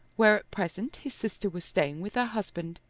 where at present his sister was staying with her husband,